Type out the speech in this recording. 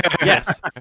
Yes